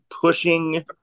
pushing